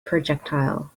projectile